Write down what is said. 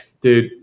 Dude